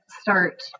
start